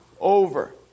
over